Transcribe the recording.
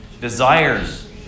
desires